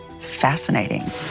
fascinating